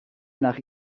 nach